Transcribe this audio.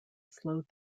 slowed